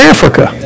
Africa